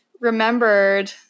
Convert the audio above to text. remembered